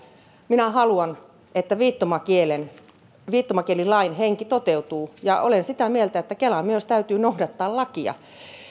minä haluan että viittomakielilain henki toteutuu ja olen sitä mieltä että kelan myös täytyy noudattaa lakia